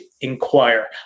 inquire